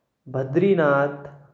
Bhadrinath